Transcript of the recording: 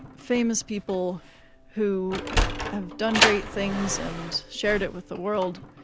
famous people who have done great things and shared it with the world.